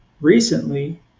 recently